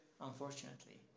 unfortunately